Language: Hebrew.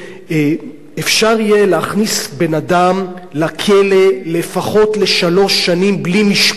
אפשר יהיה להכניס בן-אדם לכלא לשלוש שנים לפחות בלי משפט.